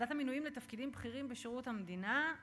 ועדת המינויים לתפקידים בכירים בשירות המדינה,